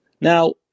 Now